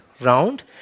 round